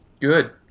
Good